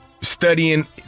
Studying